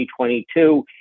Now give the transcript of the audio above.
2022